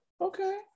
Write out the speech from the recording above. Okay